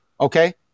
Okay